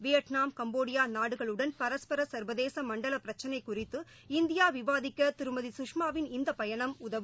Vietnam Cambodia நாடுகளுடன் பரஸ்பர சா்வதேச மண்டல பிரச்சனை குறித்து இந்தியா விவாதிக்க திருமதி சுஷ்மாவின் இந்த பயணம் உதவும்